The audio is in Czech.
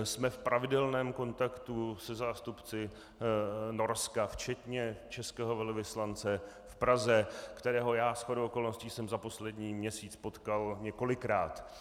Jsme v pravidelném kontaktu se zástupci Norska, včetně velvyslance v Praze, kterého já jsem shodou okolností za poslední měsíc potkal několikrát.